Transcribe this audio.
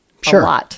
Sure